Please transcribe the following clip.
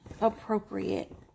appropriate